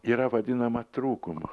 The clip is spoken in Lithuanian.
yra vadinama trūkumu